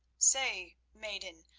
say, maiden,